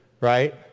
right